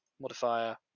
modifier